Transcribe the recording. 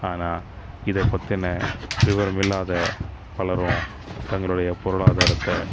ஆனால் இதை பற்றின விவரம் இல்லாத பலரும் தங்களுடைய பொருளாதாரத்தை